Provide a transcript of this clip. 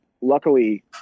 luckily